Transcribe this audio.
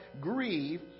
grieve